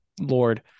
Lord